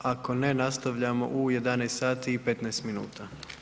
Ako ne, nastavljamo u 11 sati i 15 minuta.